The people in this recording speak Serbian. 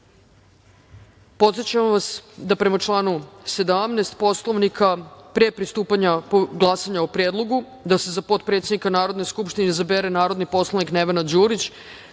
Đurić. Podsećam vas da, prema članu 17. Poslovnika, pre pristupanja glasanja o Predlogu da se za potpredsednika Narodne skupštine izabere narodni poslanik Nevena Đurić,